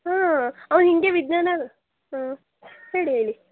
ಹಾಂ ಅವನ ಹೀಗೆ ವಿಜ್ಞಾನ ಹೇಳಿ ಹೇಳಿ